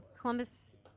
Columbus